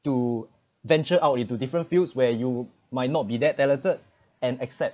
to venture out into different fields where you might not be that talented and accept